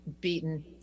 beaten